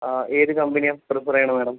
ആ ഏത് കമ്പനിയാണ് പ്രിഫർ ചെയ്യണത് മാഡം